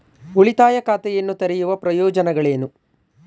ಉಳಿತಾಯ ಖಾತೆಯನ್ನು ತೆರೆಯುವ ಪ್ರಯೋಜನಗಳೇನು?